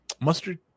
Mustard